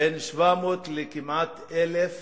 בין 700 לכמעט 1,000